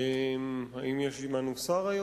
תודה רבה, האם יש עמנו שר?